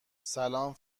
سلام